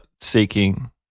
seeking